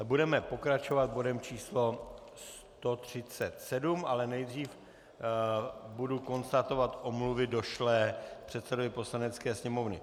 Budeme pokračovat bodem 137, ale nejdřív budu konstatovat omluvy došlé předsedovi Poslanecké sněmovny.